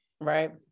right